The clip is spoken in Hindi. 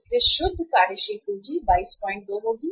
इसलिए शुद्ध कार्यशील पूंजी 222 होगी